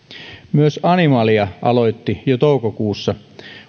myös animalia aloitti jo toukokuussa